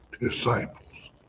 disciples